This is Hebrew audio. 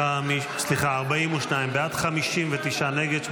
42 בעד, 59 נגד.